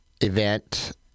event